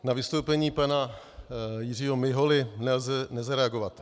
Na vystoupení pana Jiřího Miholy nelze nezareagovat.